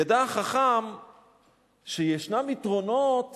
ידע החכם שיש יתרונות